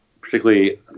Particularly